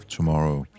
Tomorrow